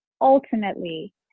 ultimately